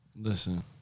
Listen